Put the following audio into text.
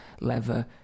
leather